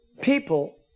People